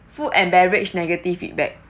food and beverage negative feedback